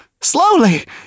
slowly